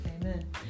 amen